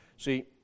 See